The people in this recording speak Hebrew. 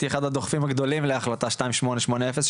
אני הייתי אחד הדוחפים הגדולים להחלטה 2880,